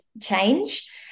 change